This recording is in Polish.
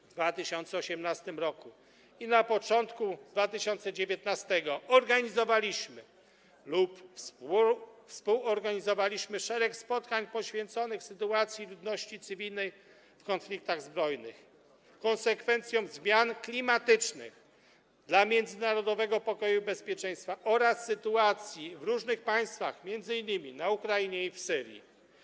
W 2018 r. i na początku 2019 r. organizowaliśmy lub współorganizowaliśmy szereg spotkań poświęconych sytuacji ludności cywilnej w konfliktach zbrojnych, konsekwencjom zmian klimatycznych dla międzynarodowego pokoju i bezpieczeństwa oraz sytuacji w różnych państwach, m.in. na Ukrainie i w Syrii.